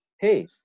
hey